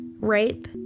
rape